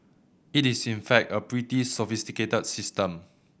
it is in fact a pretty sophisticated system